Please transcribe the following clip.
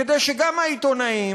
כדי שגם העיתונאים,